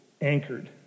anchored